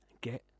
get